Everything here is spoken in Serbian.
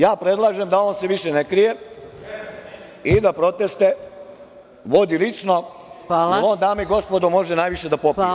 Ja predlažem da se on više ne krije i da proteste vodi lično, a on dame i gospodo može najviše da popije.